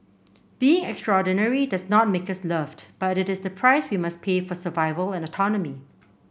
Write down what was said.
being extraordinary does not make us loved but it is the price we must pay for survival and autonomy